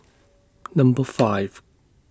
Number five